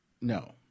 no